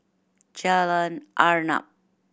Jalan Arnap